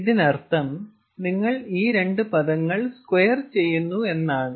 ഇതിനർത്ഥം നിങ്ങൾ ഈ രണ്ട് പദങ്ങൾ സ്ക്വയർ ചെയ്യുന്നു എന്നാണ്